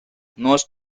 nost